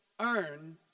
earn